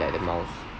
like the miles